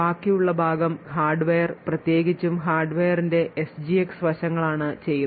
ബാക്കിയുള്ള ഭാഗം ഹാർഡ്വെയർ പ്രത്യേകിച്ചും ഹാർഡ്വെയറിന്റെ എസ്ജിഎക്സ് വശങ്ങളാണ് ചെയ്യുന്നത്